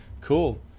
Cool